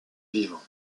vivants